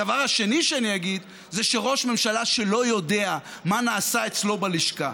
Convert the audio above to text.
הדבר השני שאני אגיד זה שראש ממשלה שלא יודע מה נעשה אצלו בלשכה,